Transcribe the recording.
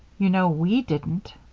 you know we didn't.